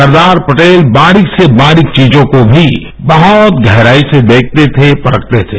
सरदार पटेल बारिक से बारिक वीजों को भी बहत गहराई से देखते थे परखते थे